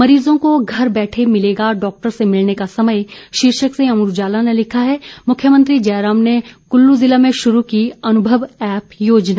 मरीजों को घर बैठे मिलेगा डॉक्टर से मिलने का समय शीर्षक से अमर उजाला ने लिखा है मुख्यमंत्री जयराम ने कुल्लू जिला में शुरू की अनुभव एप्प योजना